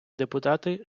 депутати